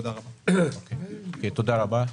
תודה רבה.